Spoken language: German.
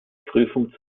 prüfung